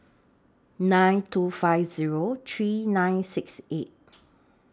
nine two five Zero three nine six eight